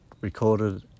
Recorded